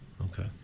okay